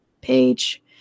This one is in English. page